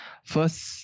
First